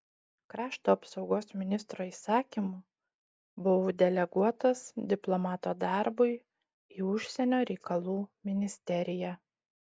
krašto apsaugos ministro įsakymu buvau deleguotas diplomato darbui į užsienio reikalų ministeriją